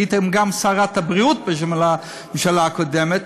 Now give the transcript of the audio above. הייתה לכם גם שרת הבריאות בממשלה הקודמת,